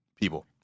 people